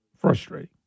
frustrating